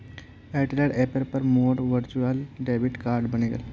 Airtel ऐपेर पर मोर वर्चुअल डेबिट कार्ड बने गेले